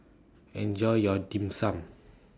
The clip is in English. Enjoy your Dim Sum